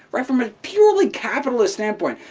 right, from a purely capitalist standpoint.